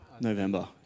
November